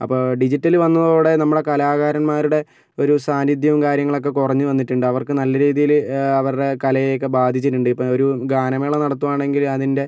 അപ്പോൾ ഡിജിറ്റല് വന്നതോടെ നമ്മുടെ കലാകാരന്മാരുടെ ഒരു സാന്നിധ്യവും കാര്യങ്ങളൊക്കെ കുറഞ്ഞു വന്നിട്ടുണ്ട് അവർക്ക് നല്ല രീതിയിൽ അവരുടെ കലയെയൊക്കെ ബാധിച്ചിട്ടുണ്ട് ഇപ്പോൾ ഒരു ഗാനമേള നടത്തുവാണെങ്കിൽ അതിന്റെ